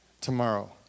tomorrow